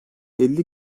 elli